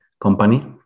company